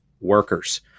workers